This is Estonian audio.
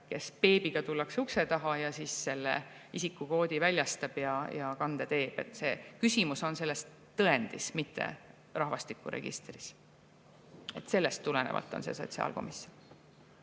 kui beebiga tullakse ukse taha, selle isikukoodi väljastab ja kande teeb. Küsimus on tõendis, mitte rahvastikuregistris. Sellest tulenevalt on see sotsiaalkomisjoni